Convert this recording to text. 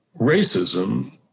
racism